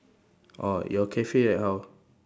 orh your cafe like how